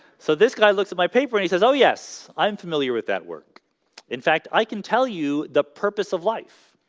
so this guy looks at my paper, and he says oh, yes, i'm familiar with that work in fact i can tell you the purpose of life